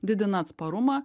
didina atsparumą